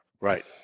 right